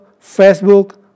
Facebook